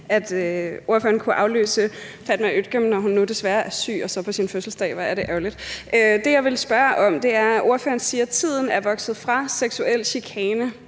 at ordføreren kunne afløse Fatma Øktem, når hun nu desværre er syg, og så endda på sin fødselsdag – hvor er det ærgerligt. Ordføreren siger, at tiden er vokset fra seksuel chikane,